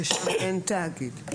ששם אין תאגיד.